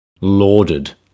lauded